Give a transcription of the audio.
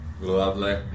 Lovely